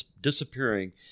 disappearing